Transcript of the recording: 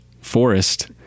forest